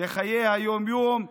לחיי היום-יום.